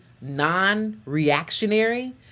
non-reactionary